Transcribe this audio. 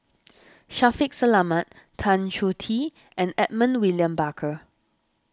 Shaffiq Selamat Tan Choh Tee and Edmund William Barker